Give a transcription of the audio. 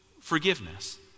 forgiveness